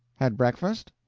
had breakfast?